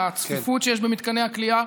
לצפיפות שיש במתקני הכליאה.